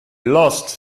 lost